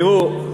תראו,